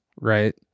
right